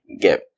get